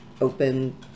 open